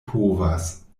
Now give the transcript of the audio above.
povas